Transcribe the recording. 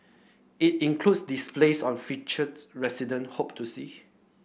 it includes displays on feature resident hope to see